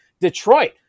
Detroit